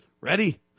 Ready